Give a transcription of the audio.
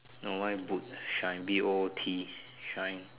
no mine boot shine B O O T shine